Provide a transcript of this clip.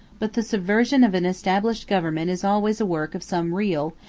but the subversion of an established government is always a work of some real,